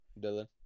Dylan